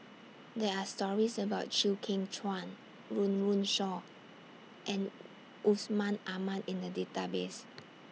There Are stories about Chew Kheng Chuan Run Run Shaw and Yusman Aman in The Database